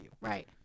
Right